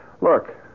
Look